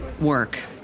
work